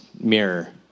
mirror